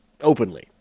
Openly